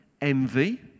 Envy